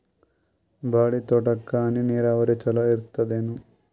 ಬಾಳಿ ತೋಟಕ್ಕ ಹನಿ ನೀರಾವರಿ ಚಲೋ ಇರತದೇನು?